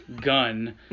gun